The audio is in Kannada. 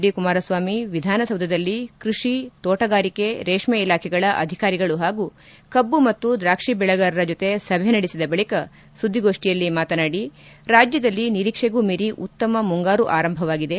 ಡಿ ಕುಮಾರಸ್ವಾಮಿ ವಿಧಾನಸೌಧದಲ್ಲಿ ಕೈಷಿ ತೋಟಗಾರಿಕೆ ರೇಷ್ನೆ ಇಲಾಖೆಗಳ ಅಧಿಕಾರಿಗಳು ಹಾಗೂ ಕಬ್ಬು ಮತ್ತು ದ್ರಾಕ್ಷಿ ಬೆಳೆಗಾರರ ಜೊತೆ ಸಭೆ ನಡೆಸಿದ ಬಳಿಕ ಸುದ್ದಿಗೋಷ್ಠಿಯಲ್ಲಿ ಮಾತನಾಡಿ ರಾಜ್ಜದಲ್ಲಿ ನಿರೀಕ್ಷೆಗೂ ಮೀರಿ ಉತ್ತಮ ಮುಂಗಾರು ಆರಂಭವಾಗಿದೆ